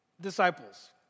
disciples